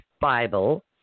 Bible